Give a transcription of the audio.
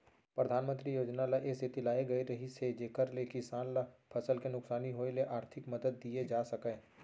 परधानमंतरी योजना ल ए सेती लाए गए रहिस हे जेकर ले किसान ल फसल के नुकसानी होय ले आरथिक मदद दिये जा सकय